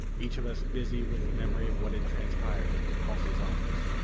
each of us busy with memory of what had transpired at halsey's office.